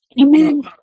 Amen